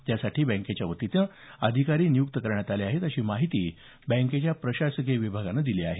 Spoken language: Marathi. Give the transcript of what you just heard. त्यासाठी बँकेच्या वतीने अधिकारी नियुक्त करण्यात आले आहेत अशी माहिती बँकेच्या प्रशासकीय विभागानं दिली आहे